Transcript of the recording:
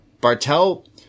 bartell